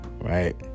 Right